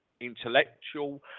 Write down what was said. intellectual